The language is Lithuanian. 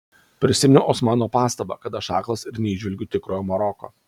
prisiminiau osmano pastabą kad aš aklas ir neįžvelgiu tikrojo maroko